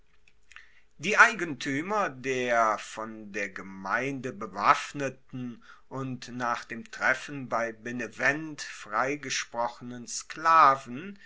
die eigentuemer der von der gemeinde bewaffneten und nach dem treffen bei benevent freigesprochenen sklaven